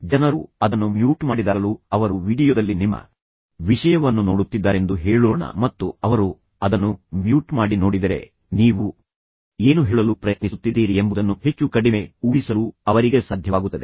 ಜನರು ಅದನ್ನು ಮ್ಯೂಟ್ ಮಾಡಿದಾಗಲೂ ಅವರು ವೀಡಿಯೊದಲ್ಲಿ ನಿಮ್ಮ ವಿಷಯವನ್ನು ನೋಡುತ್ತಿದ್ದಾರೆಂದು ಹೇಳೋಣ ಮತ್ತು ಅವರು ಅದನ್ನು ಮ್ಯೂಟ್ ಮಾಡಿ ನೋಡಿದರೆ ನೀವು ಏನು ಹೇಳಲು ಪ್ರಯತ್ನಿಸುತ್ತಿದ್ದೀರಿ ಎಂಬುದನ್ನು ಹೆಚ್ಚು ಕಡಿಮೆ ಊಹಿಸಲು ಅವರಿಗೆ ಸಾಧ್ಯವಾಗುತ್ತದೆ